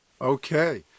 Okay